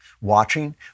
watching